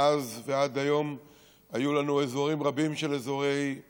מאז ועד היום היו לנו אזורים רבים של עימות,